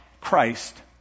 Christ